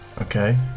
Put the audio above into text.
okay